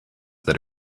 that